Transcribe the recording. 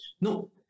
No